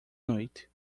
noite